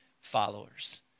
followers